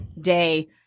day